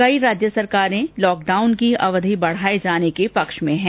कई राज्य सरकारें लॉकडाउन की अवधि बढाए जाने के पक्ष में है